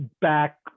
back